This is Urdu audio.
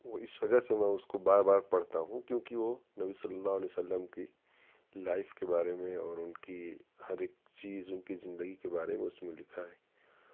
وہ اس وجہ سے میں اس کو بار بار پڑھتا ہوں کیونکہ وہ نبی صلی اللہ علیہ و سلم کی لائف کے بارے میں اور ان کی ہر ایک چیز ان کی زندگی کے بارے میں اس میں لکھا ہے